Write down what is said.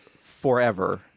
forever